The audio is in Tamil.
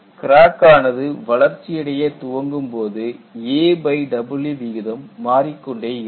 கிராக் ஆனது வளர்ச்சி அடைய துவங்கும் போது aw விகிதம் மாறிக்கொண்டே இருக்கும்